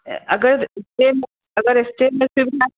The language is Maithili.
अगर स्टे अगर स्टे मे सुविधा